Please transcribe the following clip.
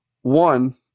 One